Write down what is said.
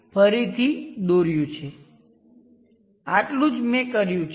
તે Norton current અથવા short circuit current છે